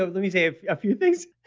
ah let me say a few things.